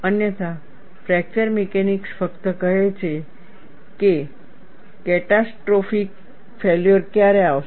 અન્યથા fracture mechanics ફક્ત કહે છે કે કેટાસ્ટ્રોફીક ફેલ્યોર ક્યારે આવશે